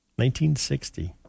1960